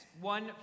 one